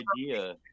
idea